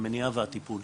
המניעה והטיפול,